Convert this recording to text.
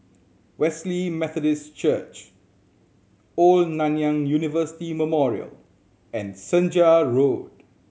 Wesley Methodist Church Old Nanyang University Memorial and Senja Road